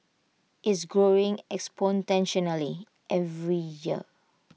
it's growing exponentially every year